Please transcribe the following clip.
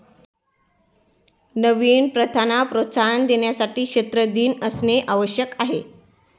नवीन प्रथांना प्रोत्साहन देण्यासाठी क्षेत्र दिन असणे आवश्यक आहे